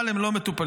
אבל הם לא מטופלים.